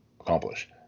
accomplish